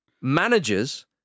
Managers